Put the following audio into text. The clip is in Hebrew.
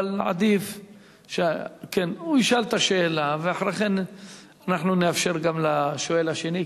אבל עדיף שהוא ישאל את השאלה ואחרי כן אנחנו נאפשר גם לשואל השני,